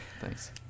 Thanks